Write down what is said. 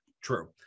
True